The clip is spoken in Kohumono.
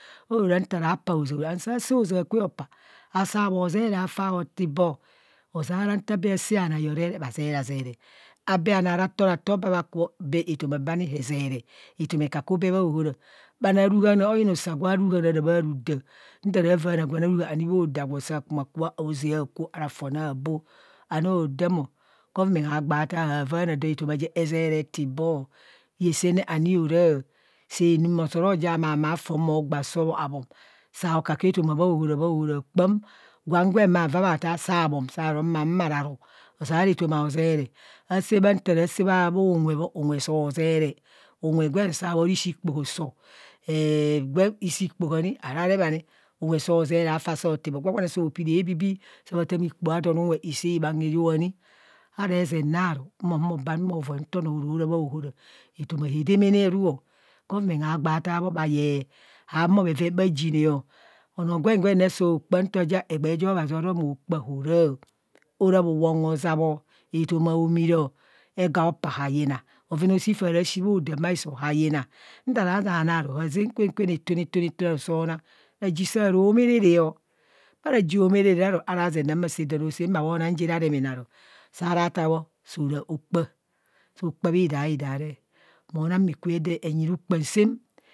Orora nta raa paa hozaa ara and sasaa hozaa kwe opaa saa bho zeree afaa tibho nta bhe bha re bhanai bhazeree azere abhe anọọ ara tooratoo bha kubho abe etoma bbe ani hezeree, etoma ekuku bhe bha ohora, bhanro a ruhaan a, huyina usa gwa ruhaan ara bharu da. Nta vaana gwan a ruhaan oni bho da agwo saa ku ma ku ma ku bha zeng akwo ara fon abo ano dam o, goverment ha gbaa taa bha vaana etoma je ezeree etibo iyesenne ani ora, saa nu araa maramaa fon bho gba gba sob saa kaka etoma bhaohora bhaohoro, kpan gwan gwen, bhavaa bhataa saa bhom, saa ro maa mararu ozeara etoma ezeree, asaa ntasaa bhu nwe bho unwa so zeree, unwe gwen saa bho ro ishii kpohu sob err gwem ishii kpoho ani ara reb ani unwe soo zeree afaa so tibo gwa gwane so tongbo ebibii khatama ikpoho andonunme isi bhang heyo ani, ha re zeng na arumo voi nto onoo ora ra bhaohora etoma hadamana aruo government haa gbaa taa bho bhayee, haa humo bheven bha jine ọ, onoo gwen gwen re soo kpaa nto ja egbee jo obhazi oro mo kpaa hora, hora bhuwong hazaabọ etoma homii o ego opaa hayina, bhoven aoshi bhodam baiso hayina nta naa naa ru hazeng kwen oru itune itune itune soo nang raji saa ro merereo, bha raji ho merere aru haa zeng nang ma saa don a saa ma bhonang je ra remene aru saara taa bho soo ra okpaa, soo okpaa bhi daida mo nang mee de ku bhe nyi rukpam saam